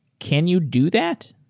can you do that?